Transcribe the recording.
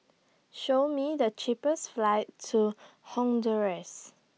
Show Me The cheapest flights to Honduras